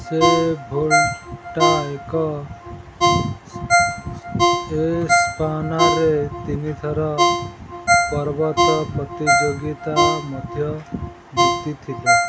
ସେ ଭୁଲ୍ଟା ଏକ ଏସ୍ପାନାରେ ତିନିଥର ପର୍ବତ ପ୍ରତିଯୋଗିତା ମଧ୍ୟ ଜିତିଥିଲେ